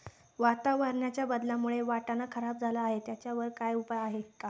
वातावरणाच्या बदलामुळे वाटाणा खराब झाला आहे त्याच्यावर काय उपाय आहे का?